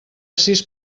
sis